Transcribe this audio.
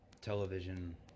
television